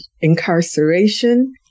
incarceration